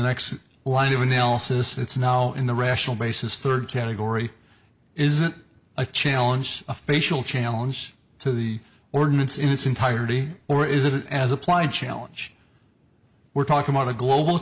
next line of analysis it's now in the rational basis third category isn't a challenge a facial challenge to the ordinance in its entirety or is it as applied challenge we're talking about a global